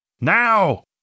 Now